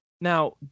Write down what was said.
Now